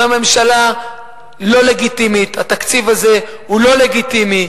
זו ממשלה לא לגיטימית, התקציב הזה הוא לא לגיטימי.